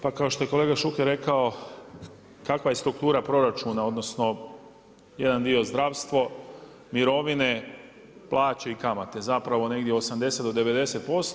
Pa kao što je kolega Šuker rekao kakva je struktura proračuna odnosno jedan dio zdravstvo, mirovine, plaće i kamate zapravo, negdje 80 do 90%